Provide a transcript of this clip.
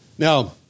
Now